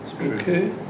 okay